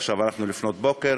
ועכשיו אנחנו לפנות בוקר.